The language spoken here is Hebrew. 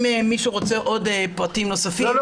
אם מישהו רוצה עוד פרטים נוספים --- לא,